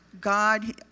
God